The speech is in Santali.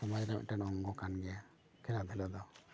ᱥᱚᱢᱟᱡᱽ ᱨᱮ ᱢᱤᱫᱴᱮᱱ ᱚᱝᱜᱚ ᱠᱟᱱ ᱜᱮᱭᱟ ᱠᱷᱮᱞᱟ ᱫᱷᱩᱞᱟ ᱫᱚ